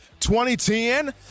2010